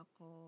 Ako